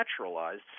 naturalized